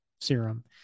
serum